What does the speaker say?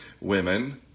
women